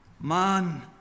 Man